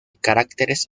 caracteres